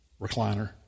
recliner